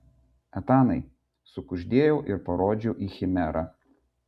etanai sukuždėjau ir parodžiau į chimerą